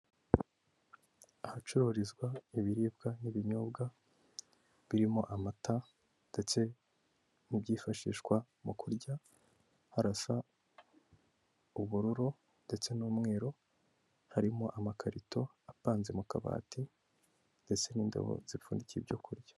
Ahacururizwa ibiribwa n'ibinyobwa birimo amata, ndetse n'ibyifashishwa mu kurya, harasa ubururu ndetse n'umweru, harimo amakarito apanze mu kabati, ndetse n'indobo zipfundikiye ibyo kurya.